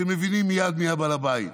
שמבינים מייד מי בעל הבית.